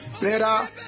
Better